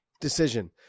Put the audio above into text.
decision